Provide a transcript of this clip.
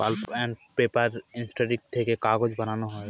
pulp and paper industry থেকে কাগজ বানানো হয়